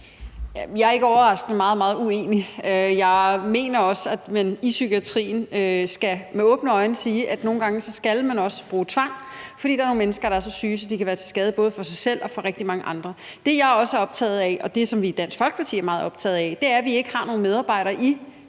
Jeg er ikke overraskende meget, meget uenig. Jeg mener også, at man i psykiatrien med åbne øjne skal sige, at nogle gange skal man også bruge tvang, fordi der er nogle mennesker, der er så syge, at de kan være til skade både for sig selv og for rigtig mange andre. Det, jeg også er optaget af, og det, vi i Dansk Folkeparti er meget optaget af, er, at vi ikke har nogen medarbejdere i